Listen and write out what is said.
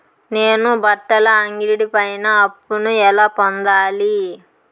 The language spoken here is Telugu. నేను బట్టల అంగడి పైన అప్పును ఎలా పొందాలి?